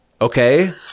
okay